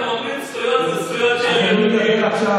אני מבין, מה שאתה מדבר עליו זה ויכוח אחר.